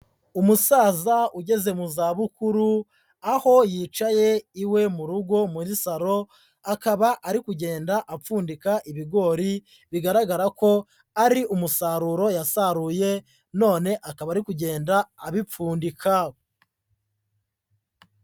Umusaza ugeze mu zabukuru, aho yicaye iwe mu rugo muri saro, akaba ari kugenda apfundika ibigori, bigaragara ko ari umusaruro yasaruye, none akaba ari kugenda abipfundika.